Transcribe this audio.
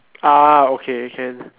ah okay can